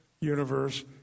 universe